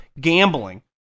gambling